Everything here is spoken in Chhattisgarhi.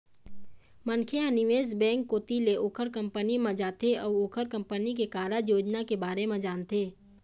मनखे ह निवेश बेंक कोती ले ओखर कंपनी म जाथे अउ ओखर कंपनी के कारज योजना के बारे म जानथे